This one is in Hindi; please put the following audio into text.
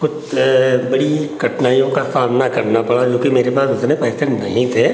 बड़ी कठिनाइयों का सामना करना पड़ा जोकि मेरे पास इतने पैसे नहीं थे